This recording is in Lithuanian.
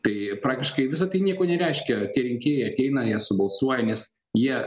tai praktiškai visa tai nieko nereiškia tie rinkėjai ateina jie subalsuoja nes jie